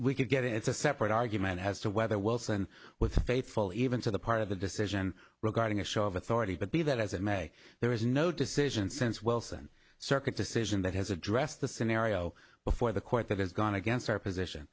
you get it it's a separate argument as to whether wilson with the faithful even to the part of the decision regarding a show of authority but be that as it may there is no decision since wilson circuit decision that has addressed the scenario before the court that has gone against our position